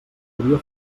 podia